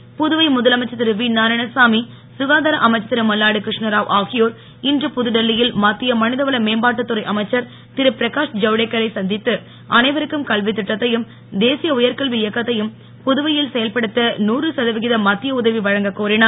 சந்திப்பு புதுவை முதலமைச்சர் திரு வி நாராயணசாமி ககாதார அமைச்சர் திரு மல்லாடிகிருஷ்ணராவ் ஆகியோர் இன்று புதுடெல்லியில் மத்திய மனிதவள மேம்பாட்டு துறை அமைச்சர் திரு பிரகாஷ் ஜவ்டேகரை சந்தித்து அனைவருக்கும் கல்வி திட்டத்தையும் தேசிய உயர்கல்வி இயக்கத்தையும் புதுவையில் செயல்படுத்த நூறு சதவிகித மத்திய உதவி வழங்கக் கோரினர்